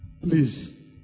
Please